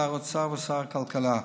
שר האוצר ושר הכלכלה.